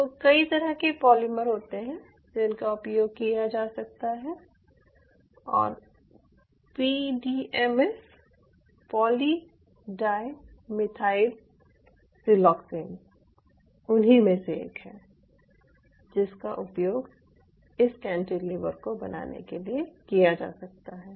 तो कई तरह के पोलीमर होते हैं जिनका उपयोग किया जा सकता है और PDMS polydimethylsiloxane उन्हीं में से एक है जिसका उपयोग इस कैंटिलीवर को बनाने के लिए किया जा सकता है